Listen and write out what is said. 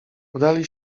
udali